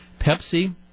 Pepsi